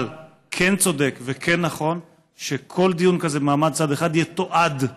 אבל כן צודק וכן נכון שכל דיון כזה במעמד צד אחד יתועד,